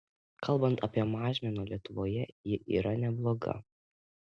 kalbant apie mažmeną lietuvoje ji yra nebloga